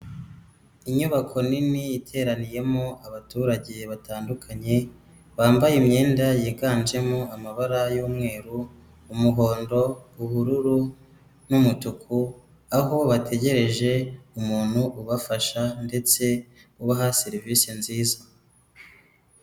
Inyubako nini iteraniyemo abaturage batandukanye, bambaye imyenda yiganjemo amabara y'umweru, umuhondo, ubururu n'umutuku, aho bategereje umuntu ubafasha ndetse ubaha serivisi nziza.